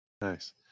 Nice